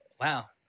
wow